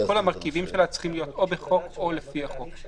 כל המרכיבים שלה צריכים להיות בחוק או לפי החוק.